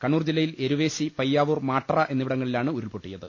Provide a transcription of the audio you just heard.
കണ്ണൂർ ജില്ലയിൽ എരുവേശി പയ്യാവൂർ മാട്ടറ എന്നിവിടങ്ങളിലാണ് ഉരുൾ പൊട്ടിയത്